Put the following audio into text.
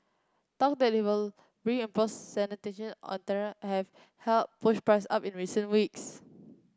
talk that he will reimpose sanction on Tehran have helped push price up in recent weeks